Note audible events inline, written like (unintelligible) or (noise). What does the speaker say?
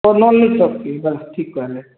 ତ (unintelligible) ଠିକ କହିଲେ